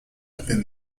within